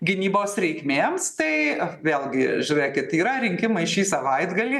gynybos reikmėms tai vėlgi žiūrėkit yra rinkimai šį savaitgalį